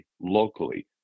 locally